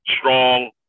strong